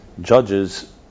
judges